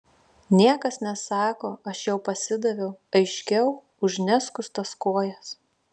niekas nesako aš jau pasidaviau aiškiau už neskustas kojas